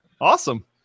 Awesome